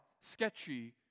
sketchy